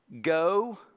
Go